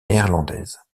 néerlandaise